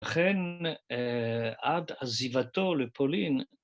ולכן עד עזיבתו לפולין